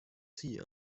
sie